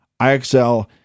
IXL